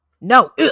no